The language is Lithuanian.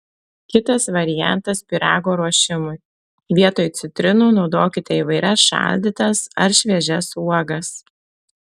kitas variantas pyrago ruošimui vietoj citrinų naudokite įvairias šaldytas ar šviežias uogas